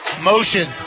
Motion